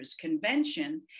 Convention